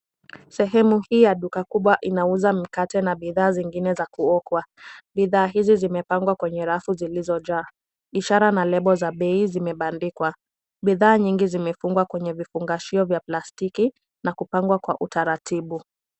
Sehemu hii ya duka kubwa inauza mikate na bidhaa zingine za kuokwa. Bidhaa hizi zimepangwa kwenye rafu zilizojaa. Ishara na lebo za bei zimebandikwa. Bidhaa nyingi zimefungwa kwenye vifungashio vya plastiki na kupangwa kwa utaratibu.